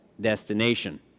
destination